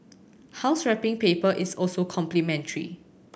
house wrapping paper is also complimentary